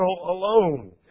alone